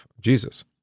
Jesus